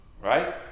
Right